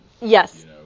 Yes